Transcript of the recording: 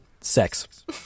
sex